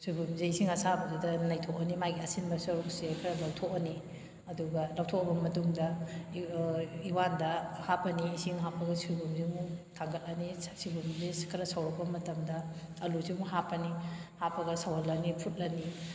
ꯁꯣꯏꯕꯨꯝꯁꯦ ꯏꯁꯤꯡ ꯑꯁꯥꯕꯗꯨꯗ ꯅꯩꯊꯣꯛꯑꯅꯤ ꯃꯥꯒꯤ ꯑꯁꯤꯟꯕ ꯁꯔꯨꯛꯁꯦ ꯈꯔ ꯂꯧꯊꯣꯛꯑꯅꯤ ꯑꯗꯨꯒ ꯂꯧꯊꯣꯛꯑꯕ ꯃꯇꯨꯡꯗ ꯎꯌꯥꯟꯗ ꯍꯥꯞꯄꯅꯤ ꯏꯁꯤꯡ ꯍꯥꯞꯄꯒ ꯁꯣꯏꯕꯨꯝꯁꯦ ꯑꯃꯨꯛ ꯊꯥꯡꯒꯠꯂꯅꯤ ꯁꯣꯏꯕꯨꯝꯁꯦ ꯈꯔ ꯁꯧꯔꯛꯄ ꯃꯇꯝꯗ ꯑꯂꯨꯁꯤ ꯑꯃꯨꯛ ꯍꯥꯞꯄꯅꯤ ꯍꯥꯞꯄꯒ ꯁꯧꯍꯜꯂꯅꯤ ꯐꯨꯠꯂꯅꯤ